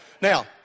Now